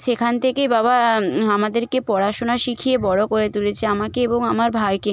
সেখান থেকেই বাবা আমাদেরকে পড়াশোনা শিখিয়ে বড়ো করে তুলেছে আমাকে এবং আমার ভাইকে